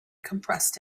compressed